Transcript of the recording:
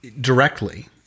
directly